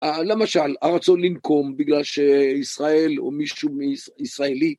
למשל, הרצון לנקום בגלל שישראל או מישהו ישראלי